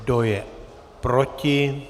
Kdo je proti?